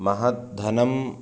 महद्धनं